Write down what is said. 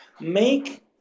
make